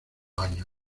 año